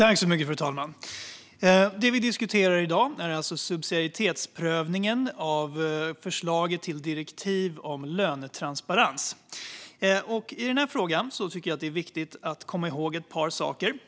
Fru talman! Det vi diskuterar i dag är alltså subsidiaritetsprövningen av förslaget till direktiv om lönetransparens. I den här frågan tycker jag att det är viktigt att komma ihåg ett par saker.